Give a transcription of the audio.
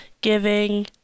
giving